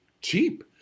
cheap